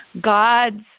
god's